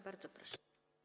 Bardzo proszę.